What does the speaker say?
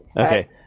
Okay